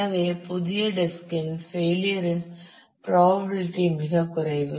எனவே புதிய டிஸ்க் இன் ஃபெயிலியர் இன் பிராபபிளிட்டி மிகக் குறைவு